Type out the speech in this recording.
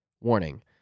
Warning